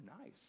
nice